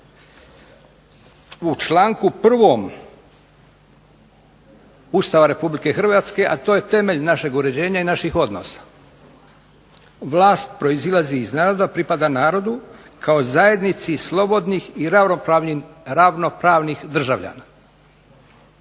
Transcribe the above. U članku 1. Ustava Republike Hrvatske, a to je temelj našeg uređenja i naših odnosa, vlast proizlazi iz naroda, pripada narodu kao zajednici slobodnih i ravnopravnih državljana.